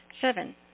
Seven